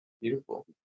Beautiful